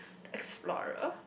explorer